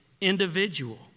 individual